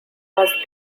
must